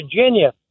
Virginia